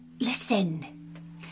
Listen